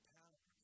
power